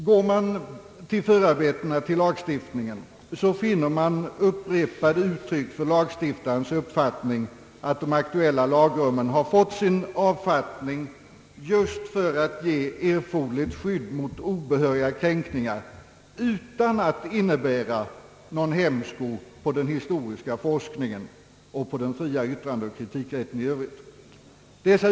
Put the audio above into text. Går man till lagstiftningens förarbeten finner man också upprepade uttryck för lagstiftarens uppfattning att de aktuella lagrummen har fått sin avfattning just för att ge erforderligt skydd mot obehöriga kränkningar utan att innebära någon hämsko på den historiska forskningen och den fria yttrandeoch kritikrätten i övrigt.